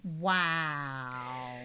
Wow